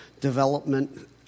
development